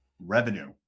Revenue